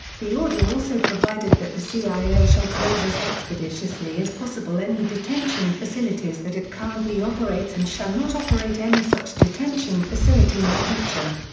the order also provided that the cia shall close as expeditiously as possible any detention facilities that it currently operates and shall not operate any such detention facility in the future.